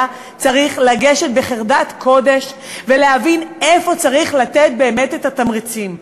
היה צריך לגשת בחרדת קודש ולהבין איפה צריך לתת באמת את התמריצים.